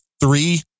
three